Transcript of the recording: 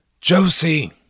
Josie